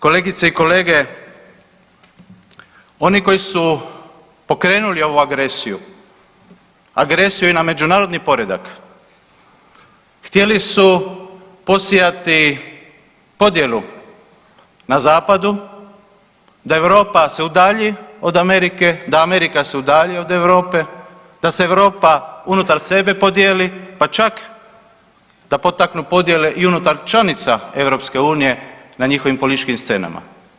Kolegice i kolege, oni koji su pokrenuli ovu agresiju, agresiju i na međunarodni poredak htjeli su posijati podjelu na zapadu da Europa se udalji od Amerike, da Amerika se udalji od Europe, da se Europa unutar sebe podijeli, pa čak da potaknu podijele i unutar članica EU na njihovim političkim scenama.